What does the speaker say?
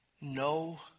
no